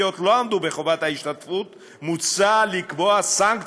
בני ובנות נוער רבים נתקלים בהיעדר קבלה,